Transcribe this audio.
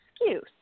excuse